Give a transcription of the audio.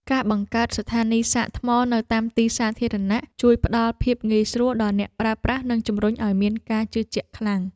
ការបង្កើតស្ថានីយសាកថ្មនៅតាមទីសាធារណៈជួយផ្ដល់ភាពងាយស្រួលដល់អ្នកប្រើប្រាស់និងជំរុញឱ្យមានការជឿជាក់ខ្លាំង។